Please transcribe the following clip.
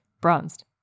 bronzed